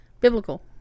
biblical